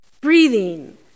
breathing